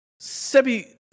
Sebi